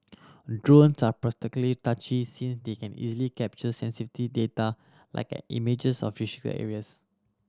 drones are particularly touchy since they can easily capture sensitive data like images of areas